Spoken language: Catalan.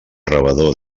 rebedor